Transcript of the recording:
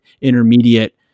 intermediate